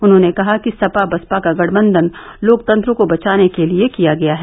उन्होंने कहा कि सपा बसपा का गठबंधन लोकतंत्र को बचाने के लिये किया गया है